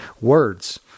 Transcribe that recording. words